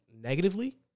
negatively